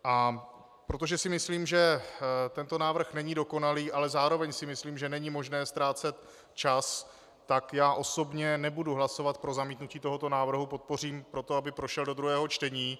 A protože si myslím, že tento návrh není dokonalý, ale zároveň si myslím, že není možné ztrácet čas, tak já osobně nebudu hlasovat pro zamítnutí tohoto návrhu, podpořím proto, aby prošel do druhého čtení.